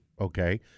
okay